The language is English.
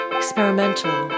experimental